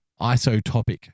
isotopic